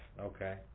Okay